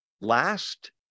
last